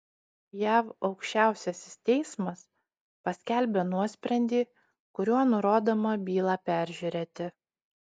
jav aukščiausiasis teismas paskelbė nuosprendį kuriuo nurodoma bylą peržiūrėti